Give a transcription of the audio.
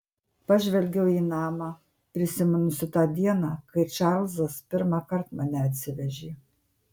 pažvelgiau į namą prisiminusi tą dieną kai čarlzas pirmąkart mane atsivežė